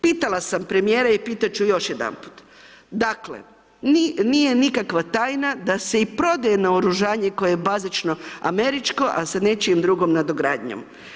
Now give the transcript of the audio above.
Pitala sam premijera i pitat ću još jedanput, dakle, nije nikakva tajna da se i prodaje naoružanje koje je bazično američko, ali sa nečijom drugom nadogradnjom.